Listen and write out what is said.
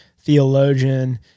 theologian